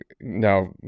now